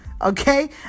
Okay